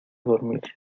dormir